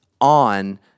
on